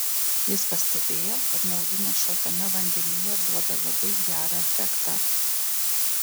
jis pastebėjo kad maudynės šaltame vandenyje duoda labai gerą efektą